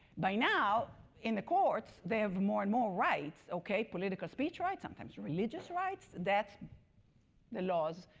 by now in the courts they have more and more rights, okay? political speech rights, sometimes religious rights, that's the laws,